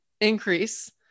increase